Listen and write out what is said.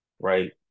right